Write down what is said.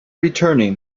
returning